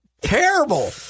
terrible